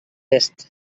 oest